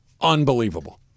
unbelievable